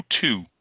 two